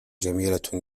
جميلة